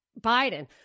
Biden